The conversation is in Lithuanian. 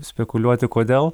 spekuliuoti kodėl